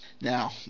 Now